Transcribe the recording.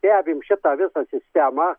stebim šitą visą sistemą